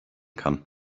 kann